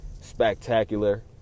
spectacular